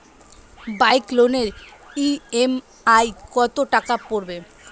Bike লোনের EMI কত টাকা পড়বে?